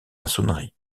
maçonnerie